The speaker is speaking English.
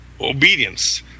obedience